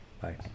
Bye